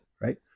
right